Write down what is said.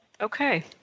Okay